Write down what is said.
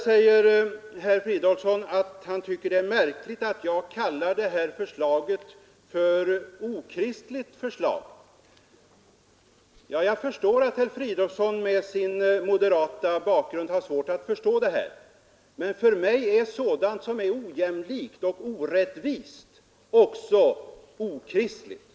Herr Fridolfsson säger att han tycker det är märkligt att jag kallar det här förslaget för ett okristligt förslag. Ja, jag förstår att herr Fridolfsson med sin moderata bakgrund har svårt att förstå detta. Men för mig är sådant som är ojämlikt och orättvist också okristligt.